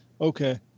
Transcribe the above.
okay